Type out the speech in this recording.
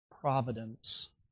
providence